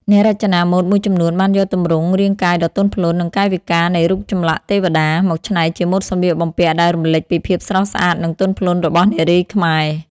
អ្នករចនាម៉ូដមួយចំនួនបានយកទម្រង់រាងកាយដ៏ទន់ភ្លន់ និងកាយវិការនៃរូបចម្លាក់ទេវតា មកច្នៃជាម៉ូដសម្លៀកបំពាក់ដែលរំលេចពីភាពស្រស់ស្អាតនិងទន់ភ្លន់របស់នារីខ្មែរ។